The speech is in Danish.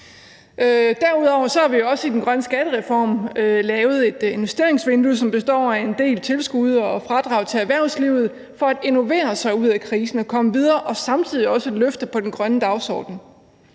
Derudover har vi også i den grønne skattereform lavet et investeringsvindue, som består af en del tilskud og fradrag til erhvervslivet, så man kan innovere sig ud af krisen og komme videre, og som samtidig også er et løfte på den grønne dagsorden.